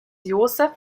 joseph